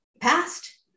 past